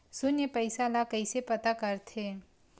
शून्य पईसा ला कइसे पता करथे?